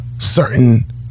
certain